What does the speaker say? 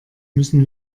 müssen